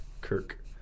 Kirk